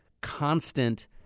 constant